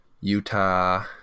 Utah